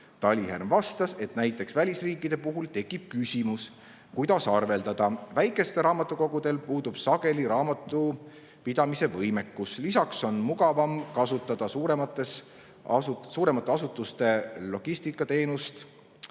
Talihärm vastas, et näiteks välisriikide puhul tekib küsimus, kuidas arveldada. Väikestel raamatukogudel sageli puudub raamatupidamise võimekus, lisaks on mugavam kasutada suuremate asutuste logistikateenust.